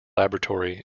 laboratory